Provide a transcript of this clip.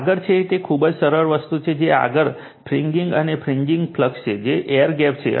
આગળ છે તે ખૂબ જ સરળ વસ્તુ છે આગળ ફ્રિન્ગિંગ છે તે ફ્રિન્ગિંગ ફ્લક્સ છે જે એર ગેપ છે